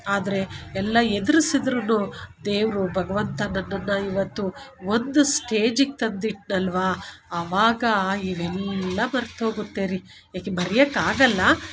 ಆದರೆ ಎಲ್ಲ ಎದುರಿಸಿದ್ರು ದೇವರು ಭಗವಂತ ನನ್ನನ್ನು ಇವತ್ತು ಒಂದು ಸ್ಟೇಜಿಗೆ ತಂದು ಇಟ್ನಲ್ವಾ ಅವಾಗ ಇವೆಲ್ಲ ಮರ್ತು ಹೋಗುತ್ತೆ ರೀ ಯಾಕೆ ಮರಿಯೋಕ್ ಆಗಲ್ಲ